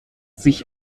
sich